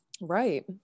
right